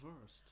first